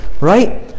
Right